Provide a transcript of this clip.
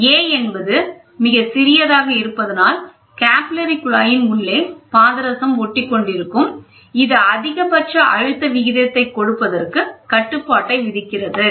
'a' என்பது மிகச் சிறியதாக இருப்பதனால் கேபில்லரி குழாயின் உள்ளே பாதரசம் ஒட்டிக்கொண்டிருக்கும் இது அதிகபட்ச அழுத்த விகிதத்தை கொடுப்பதற்கு கட்டுப்பாட்டை விதிக்கிறது